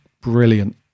brilliant